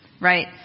right